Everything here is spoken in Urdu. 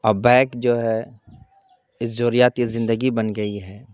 اور بائک جو ہے اس ضروریات زندگی بن گئی ہے